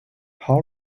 hall